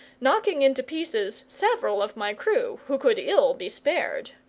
knocking into pieces several of my crew, who could ill be spared.